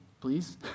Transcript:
please